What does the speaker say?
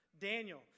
Daniel